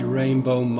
rainbow